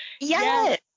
Yes